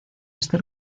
este